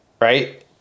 right